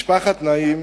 משפחת נעים